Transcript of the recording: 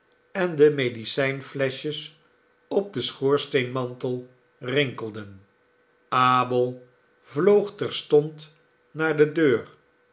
en de medicijnfleschjes op den schoorsteenmantelrinkelden abel vloog terstond naar de deur